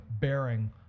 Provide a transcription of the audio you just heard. bearing